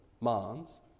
Moms